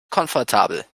komfortabel